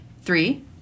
Three